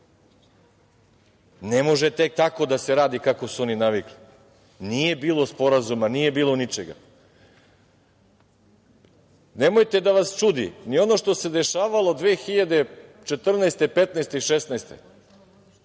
Ne može tek tako da se radi, kako su oni navikli. Nije bilo sporazuma, nije bilo ničega. Nemojte da vas čudi, ni ono što se dešavalo 2014, 2015. i 2016.